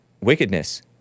wickedness